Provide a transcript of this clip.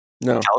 no